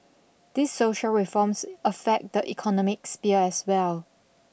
these social reforms affect the economic sphere as well